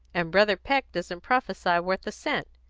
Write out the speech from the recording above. and brother peck doesn't prophesy worth a cent.